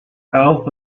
health